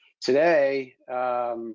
today